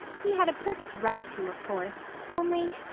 he had a perfect right to, of course. only!